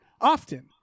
often